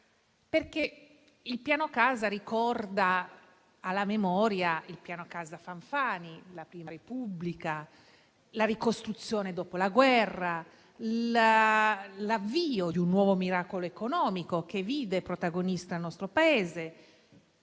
casa, infatti, riporta alla memoria il piano casa Fanfani, la Prima Repubblica, la ricostruzione dopo la guerra, l'avvio di un nuovo miracolo economico che vide protagonista il nostro Paese.